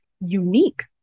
unique